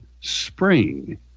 SPRING